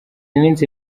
iminsi